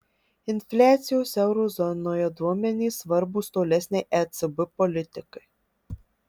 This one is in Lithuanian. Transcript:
infliacijos euro zonoje duomenys svarbūs tolesnei ecb politikai